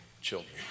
children